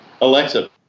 Alexa